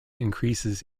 increases